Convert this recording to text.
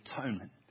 atonement